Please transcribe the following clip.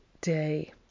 day